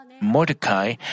Mordecai